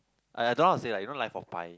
!aiya! don't want how to say lah you know life-of-Pi